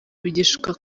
bigishwa